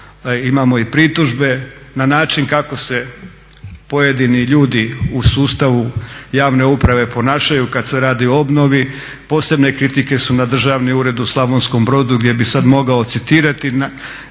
imamo i pritužbe na način kako se pojedini ljudi u sustavu javne uprave ponašaju kad se radi o obnovi. Posebne kritike su na Državni ured u Slavonskom Brodu gdje bi sad mogao citirati kako